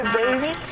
baby